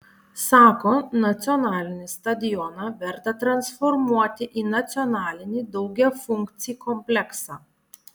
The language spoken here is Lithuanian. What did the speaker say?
sako nacionalinį stadioną verta transformuoti į nacionalinį daugiafunkcį kompleksą